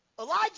Elijah